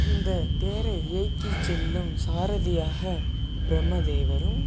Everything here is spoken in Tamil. இந்த தேரை இயக்கி செல்லும் சாரதியாக பிரம்மதேவரும்